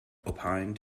opined